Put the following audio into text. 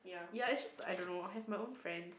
ya I just I don't know I have my own friend